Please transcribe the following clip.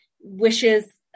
wishes